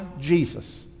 Jesus